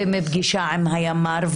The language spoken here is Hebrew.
ומפגישה עם הימ"ר,